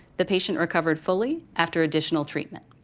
the patient recovered fully after additional treatment.